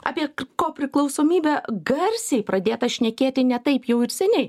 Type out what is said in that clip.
apie kopriklausomybę garsiai pradėta šnekėti ne taip jau ir seniai